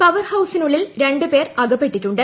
power ഹൌസിനുള്ളിൽ രണ്ട് പേർ അക്പ്പെട്ടിട്ടുണ്ട്